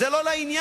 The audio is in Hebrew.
זה לא לעניין.